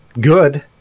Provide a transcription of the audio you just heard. good